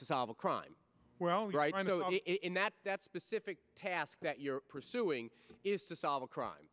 to solve a crime well right in that that specific task that you're pursuing is to solve a crime